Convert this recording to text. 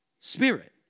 Spirit